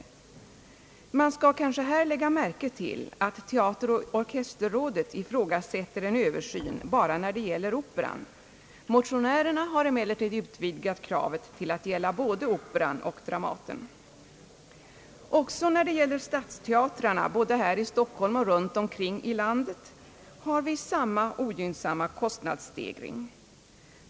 Man bör kanske här lägga märke till att teateroch orkesterrådet ifrågasätter en översyn bara när det gäller Operan. Motionärerna har emellertid utvidgat kravet till att gälla både Operan och Dramatiska teatern. Också när det gäller stadsteatrarna både här i Stockholm och runt omkring i landet råder samma ogynnsamma kostnadsstegring.